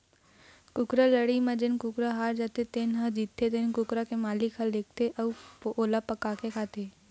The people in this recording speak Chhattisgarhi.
कुकरा लड़ई म जेन कुकरा ह हार जाथे तेन ल जीतथे तेन कुकरा के मालिक ह लेगथे अउ ओला पकाके खाथे